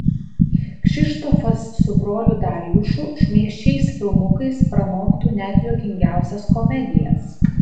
kšištofas su broliu darjušu šmaikščiais filmukais pranoktų net juokingiausias komedijas